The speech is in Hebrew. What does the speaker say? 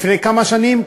לפני כמה שנים?